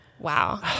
wow